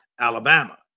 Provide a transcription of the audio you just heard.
Alabama